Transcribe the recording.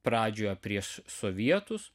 pradžioje prieš sovietus